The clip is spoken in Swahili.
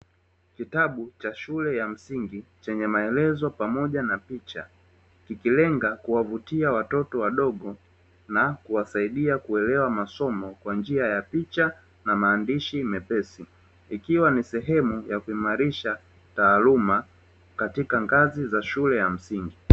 Kitabu cha shule ya msingi chenye maelezo pamoja na picha, kikilenga kuwavutia watoto wadogo na kuwasaidia kuelewa masoma kwa njia ya picha na maandishi mepesi, ikiwa ni sehemu ya kuimarisha taaluma katika ngazi za shule ya msingi.